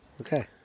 Okay